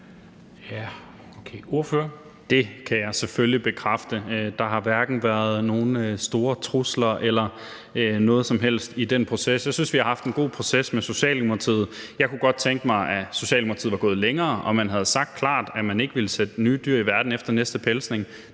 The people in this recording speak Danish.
Det kan jeg selvfølgelig bekræfte. Der har hverken været nogen store trusler eller noget som helst andet i den proces. Jeg synes, vi har haft en god proces med Socialdemokratiet. Jeg kunne godt tænke mig, at Socialdemokratiet var gået længere, og at man havde sagt klart, at man ikke ville tillade, at der sættes nye dyr i verden efter næste pelsning.